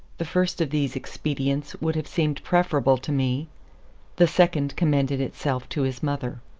the first of these expedients would have seemed preferable to me the second commended itself to his mother.